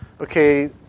Okay